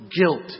guilt